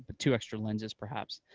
but two extra lenses, perhaps.